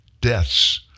deaths